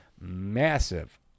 massive